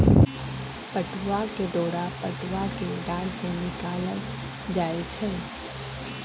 पटूआ के डोरा पटूआ कें डार से निकालल जाइ छइ